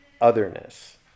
otherness